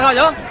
ah don't